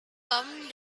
tom